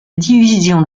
division